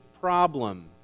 problem